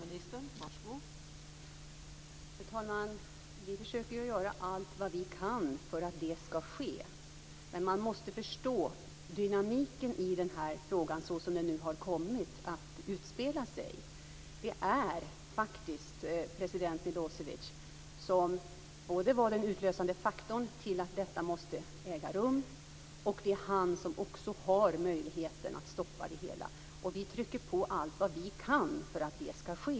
Fru talman! Vi försöker göra allt vi kan för att det skall ske. Men man måste förstå dynamiken i den här frågan såsom den nu har kommit att utveckla sig. Det var faktiskt president Milosevic som var den utlösande faktorn till att detta måste äga rum, och det är också han som har möjlighet att stoppa det hela. Vi trycker på allt vad vi kan för att det skall ske.